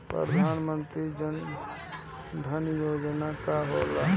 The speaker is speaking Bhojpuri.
प्रधानमंत्री जन धन योजना का होला?